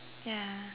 ya